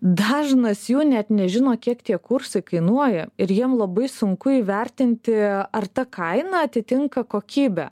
dažnas jų net nežino kiek tie kursai kainuoja ir jiem labai sunku įvertinti ar ta kaina atitinka kokybę